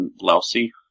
lousy